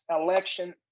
election